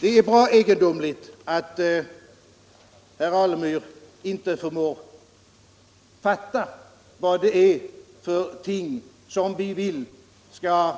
Det är bra egendomligt att herr Alemyr inte förmår fatta vad det är vi vill skall